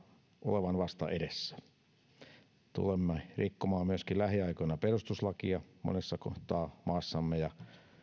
olevan vasta edessä tulemme myöskin rikkomaan maassamme lähiaikoina perustuslakia monessa kohtaa